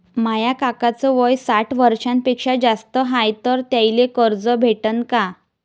माया काकाच वय साठ वर्षांपेक्षा जास्त हाय तर त्याइले कर्ज भेटन का?